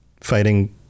fighting